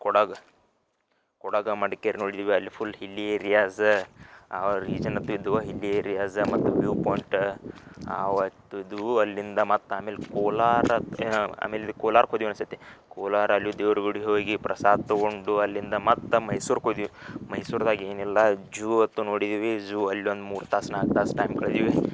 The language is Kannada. ಕೊಡಗು ಕೊಡಗು ಮಡಿಕೇರಿ ನೋಡಿದ್ದೀವಿ ಅಲ್ಲಿ ಫುಲ್ ಹಿಲ್ ಏರಿಯಾಸ್ ಅವಾ ರೀಜನದ್ದಿದ್ವ ಹಿಲ್ ಏರಿಯಾಸ್ ಮತ್ತು ವ್ಯೂವ್ ಪಾಯಿಂಟ್ ಆವತ್ತು ಇದ್ವು ಅಲ್ಲಿಂದ ಮತ್ತೆ ಆಮೇಲೆ ಕೋಲಾರ ಆಮೇಲೆ ಕೋಲಾರಕ್ಕೆ ಹೋದ್ವಿ ಅನ್ಸತ್ತೆ ಕೋಲಾರ ಅಲ್ಲಿ ದೇವ್ರ ಗುಡಿಗೆ ಹೋಗಿ ಪ್ರಸಾದ ತಗೊಂಡು ಅಲ್ಲಿಂದ ಮತ್ತೆ ಮೈಸೂರ್ಕ ಹೋದಿವ್ ಮೈಸೂರ್ದಾಗ ಏನೆಲ್ಲಾ ಜೂ ಅತ್ತು ನೋಡಿದ್ದೀವಿ ಝೂ ಅಲ್ಲಿ ಒಂದು ಮೂರು ತಾಸು ನಾಲ್ಕು ತಾಸು ಟೈಮ್ ಕಳಿದೀವಿ